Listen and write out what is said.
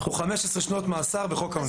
אלה 15 שנות מאסר בחוק העונשין.